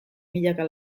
milaka